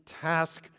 task